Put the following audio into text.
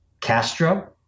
Castro